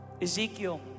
Ezekiel